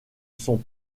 sont